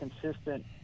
consistent